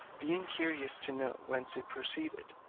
being curious to know whence it proceeded,